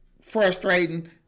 Frustrating